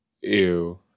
Ew